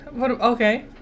Okay